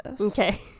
Okay